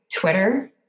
Twitter